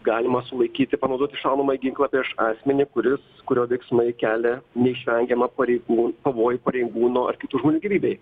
galima sulaikyti panaudoti šaunamąjį ginklą prieš asmenį kuris kurio veiksmai kelia neišvengiamą pareigų pavojų pareigūno ar kitų žmonių gyvybei